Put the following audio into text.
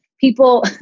people